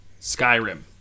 skyrim